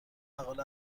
مقاله